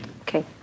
Okay